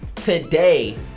Today